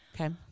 Okay